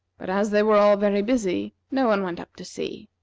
but, as they were all very busy, no one went up to see.